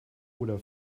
oder